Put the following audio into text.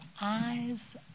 eyes